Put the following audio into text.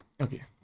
Okay